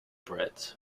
breads